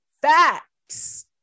facts